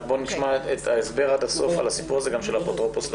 רק נשמע את ההסבר המלא של הסיפור הזה וגם של אפוטרופוס לדין.